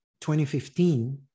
2015